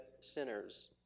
sinners